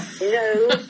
No